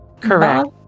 Correct